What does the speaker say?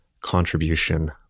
contribution